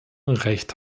recht